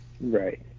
right